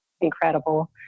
incredible